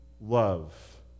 love